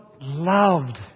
loved